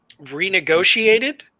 renegotiated